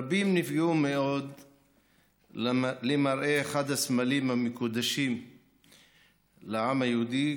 רבים נפגעו מאוד למראה אחד הסמלים המקודשים לעם היהודי,